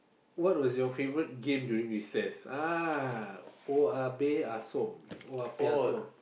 what was your favourite game during recess uh oya-beh-ya-som oya-beh-ya-som